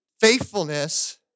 faithfulness